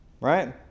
right